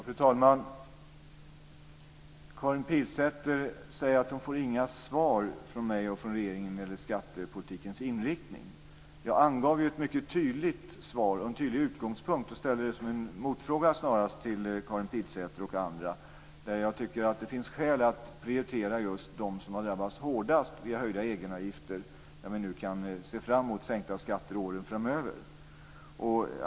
Fru talman! Karin Pilsäter säger att hon inte får några svar från mig och regeringen när det gäller skattepolitikens inriktning. Jag angav ju ett mycket tydligt svar och en tydlig utgångspunkt, och ställde det snarast som en motfråga till Karin Pilsäter och andra, och sade att jag tycker att det finns skäl att prioritera just dem som har drabbats hårdast via höga egenavgifter när vi kan se fram emot sänkta skatter under åren framöver.